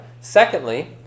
Secondly